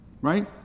right